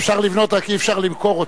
אפשר לבנות, רק אי-אפשר למכור אותו.